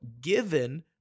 given